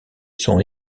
seront